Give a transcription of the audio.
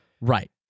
Right